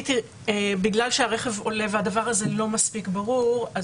בגלל שהרכב עולה והדבר הזה לא מספיק ברור,